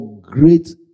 great